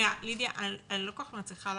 אני לא כל כך מצליחה להבין.